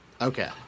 Okay